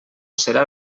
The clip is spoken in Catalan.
serà